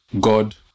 God